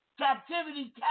captivity